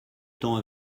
temps